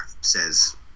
says